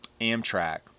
Amtrak